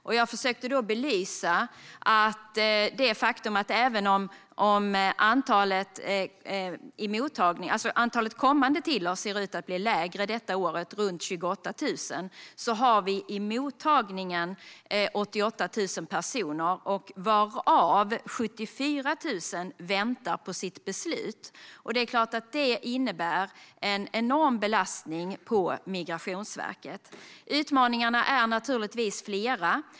Jag har försökt belysa att även om antalet kommande till oss ser ut att bli lägre detta år, runt 28 000, har vi 88 000 personer i mottagningen, varav 74 000 väntar på beslut. Det innebär en enorm belastning på Migrationsverket. Utmaningarna är flera.